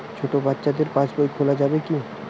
ছোট বাচ্চাদের পাশবই খোলা যাবে কি?